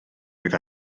oedd